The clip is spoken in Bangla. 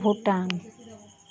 ভুটান